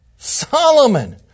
Solomon